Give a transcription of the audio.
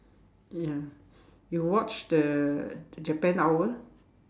ya you watch the Japan hour